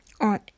on